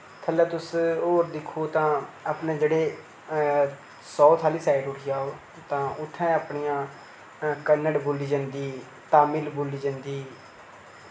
थल्लै तुस होर दिक्खो तां अपने जेह्ड़े साउथ आह्ली साइड उठी जाओ तां उत्थें अपनियां कन्नड़ बोली जन्दी तामिल बोली जन्दी